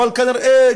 אבל כנראה,